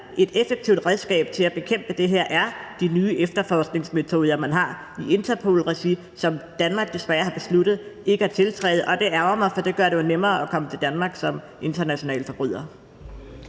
et effektivt redskab til at bekæmpe det her er de nye efterforskningsmetoder, som man har i regi af Interpol, som Danmark desværre har besluttet ikke at tiltræde, og det ærgrer mig, for det gør det jo nemmere at komme til Danmark som international forbryder.